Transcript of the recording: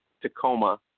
Tacoma